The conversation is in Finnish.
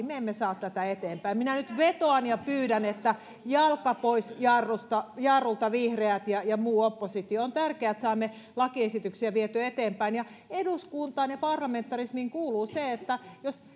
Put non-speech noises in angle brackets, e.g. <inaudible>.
<unintelligible> me emme saa tätä tärkeää lakia eteenpäin minä nyt vetoan ja pyydän että jalka pois jarrulta jarrulta vihreät ja ja muu oppositio on tärkeää että saamme lakiesityksiä vietyä eteenpäin eduskuntaan ja parlamentarismiin kuuluu se että jos